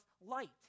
light